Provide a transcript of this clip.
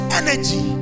energy